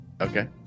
okay